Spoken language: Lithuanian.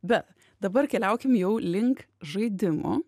bet dabar keliaukim jau link žaidimo